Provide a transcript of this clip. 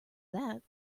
that